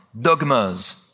dogmas